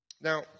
Now